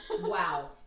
Wow